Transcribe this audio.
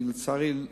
לצערי,